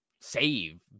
save